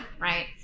right